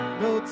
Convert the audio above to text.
no